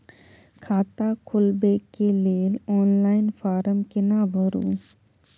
खाता खोलबेके लेल ऑनलाइन फारम केना भरु?